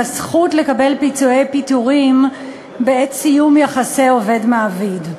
לזכות לקבל פיצויי פיטורים בעת סיום יחסי עובד-מעביד.